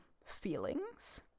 feelings